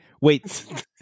wait